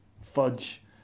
Fudge